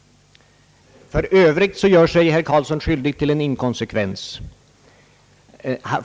För övrigt gör herr Göran Karlsson sig skyldig till en omfattande inkonsekvens.